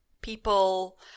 People